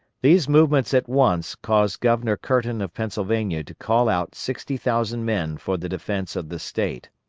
these movements at once caused governor curtin of pennsylvania to call out sixty thousand men for the defence of the state.